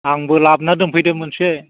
आंबो लाबोना दोनफैदों मोनसे